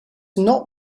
not